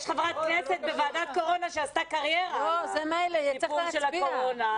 יש חברת כנסת בוועדת קורונה שעשתה קריירה על הסיפור של הקורונה.